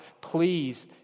please